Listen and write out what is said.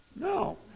No